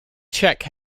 czech